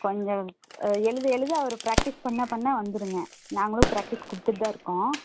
கொஞ்சம் எழுத எழுத அவர் பிராக்டிஸ் பண்ண பண்ண வந்துடுங்க நாங்களும் பிராக்டிஸ் கொடுத்துட்டுதான் இருக்கோம்